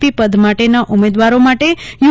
પી પદ માટેના ઉમેદવારો માટે યુ